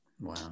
Wow